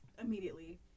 immediately